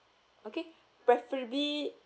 okay preferably